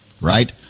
right